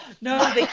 No